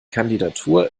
kandidatur